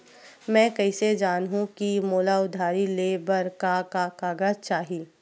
मैं कइसे जानहुँ कि मोला उधारी ले बर का का कागज चाही?